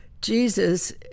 Jesus